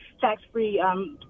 tax-free